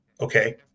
okay